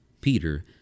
Peter